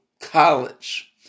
college